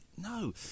No